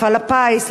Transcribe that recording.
מפעל הפיס,